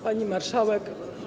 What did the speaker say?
Pani Marszałek!